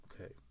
okay